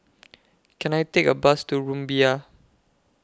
Can I Take A Bus to Rumbia